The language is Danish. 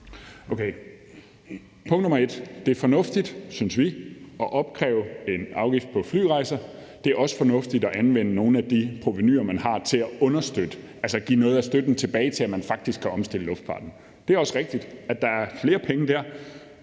Okay. Vi synes, det er fornuftigt at opkræve en afgift på flyrejser, og det er også fornuftigt at anvende nogle af de provenuer, man har, til at understøtte det, altså give noget af støtten tilbage til, at man faktisk kan omstille luftfarten. Det er også rigtigt, at der er flere penge dér,